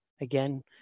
again